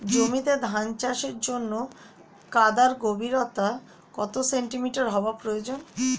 জমিতে ধান চাষের জন্য কাদার গভীরতা কত সেন্টিমিটার হওয়া প্রয়োজন?